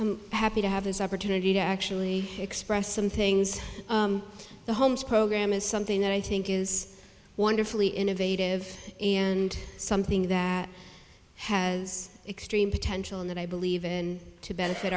i'm happy to have this opportunity to actually express some things the holmes program is something that i think is wonderfully innovative and something that has extreme potential and that i believe in to benefit